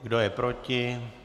Kdo je proti?